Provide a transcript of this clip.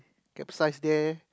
capsize there